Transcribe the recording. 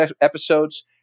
episodes